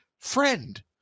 friend